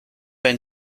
been